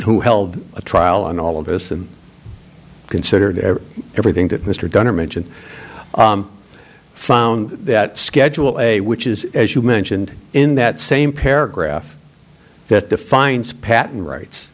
who held a trial on all of us and considered everything that mr downer mentioned found that schedule a which is as you mentioned in that same paragraph that defines patent rights